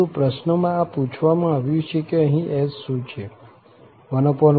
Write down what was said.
પરંતુ પ્રશ્નમાં આ પૂછવામાં આવ્યું છે કે અહીં S શું છે 114124134